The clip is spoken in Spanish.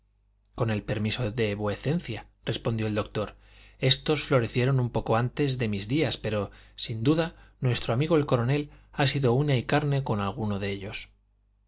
con el permiso de vuecencia respondió el doctor éstos florecieron un poco antes de mis días pero sin duda nuestro amigo el coronel ha sido uña y carne con algunos de ellos